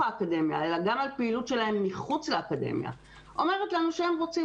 האקדמיה אלא גם על פעילות שלהם מחוץ לאקדמיה אומרת לנו שהם רוצים